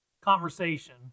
conversation